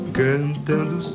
cantando